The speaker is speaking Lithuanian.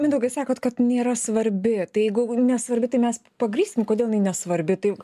mindaugai sakot kad nėra svarbi tai jeigu nesvarbi tai mes pagrįsim kodėl jinai nesvarbi tai